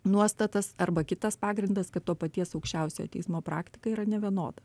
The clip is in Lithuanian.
nuostatas arba kitas pagrindas kad to paties aukščiausiojo teismo praktika yra nevienoda